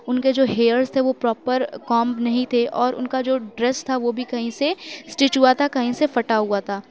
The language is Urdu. اُن کے جو ہیئرس تھے وہ پراپر کامب نہیں تھے اور اُن کا جو ڈریس تھا وہ بھی کہیں سے اسٹچ ہُوا تھا کہیں سے پھٹا ہُوا تھا